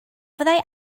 fyddai